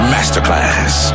Masterclass